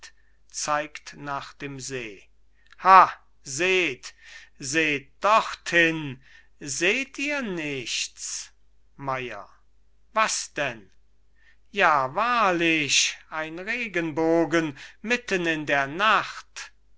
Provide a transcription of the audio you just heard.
ha seht seht dorthin seht ihr nichts meier was denn ja wahrlich ein regenbogen mitten in der nacht